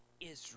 Israel